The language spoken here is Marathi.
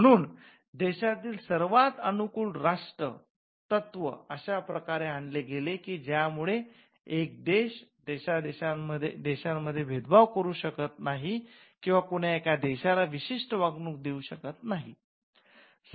म्हणून देशातील सर्वात अनुकूल राष्ट्र तत्त्व अशा प्रकारे आणले गेले की ज्या मुळे एक देश देशांमध्ये भेदभाव करू शकत नाही किंवा कुण्या एका देशाला विशिष्ट वागणूक देऊ शकत नाही